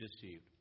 deceived